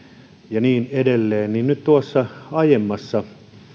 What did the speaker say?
ja niin edelleen kun tuossa aiemmassa